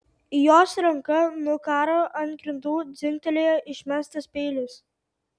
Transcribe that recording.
jos ranka nukaro ant grindų dzingtelėjo išmestas peilis